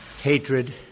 hatred